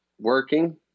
working